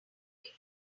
doing